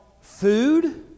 food